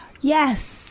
Yes